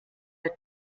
der